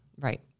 Right